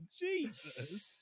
jesus